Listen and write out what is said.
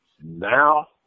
Now